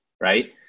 right